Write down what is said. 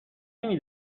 نمی